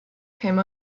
came